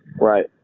Right